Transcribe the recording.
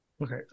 Okay